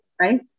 right